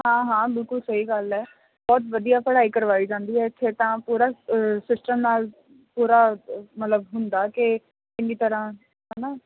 ਹਾਂ ਹਾਂ ਬਿਲਕੁਲ ਸਹੀ ਗੱਲ ਹੈ ਬਹੁਤ ਵਧੀਆ ਪੜ੍ਹਾਈ ਕਰਵਾਈ ਜਾਂਦੀ ਹੈ ਇੱਥੇ ਤਾਂ ਪੂਰਾ ਸਿਸਟਮ ਨਾਲ ਪੂਰਾ ਮਤਲਬ ਹੁੰਦਾ ਕਿ ਚੰਗੀ ਤਰ੍ਹਾਂ ਹੈ ਨਾ